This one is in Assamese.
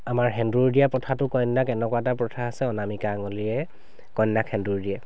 আমাৰ সেন্দুৰ দিয়া প্ৰথাটো কন্যাক এনেকুৱা এটা প্ৰথা আছে অনামিকা অঙুলিৰে কন্যাক সেন্দুৰ দিয়ে